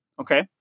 Okay